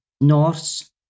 Norse